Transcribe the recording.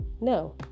no